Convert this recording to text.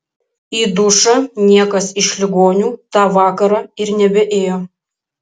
į dušą niekas iš ligonių tą vakarą ir nebeėjo